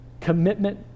commitment